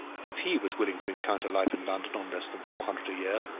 if he was willing to encounter life in london on less than four hundred a year,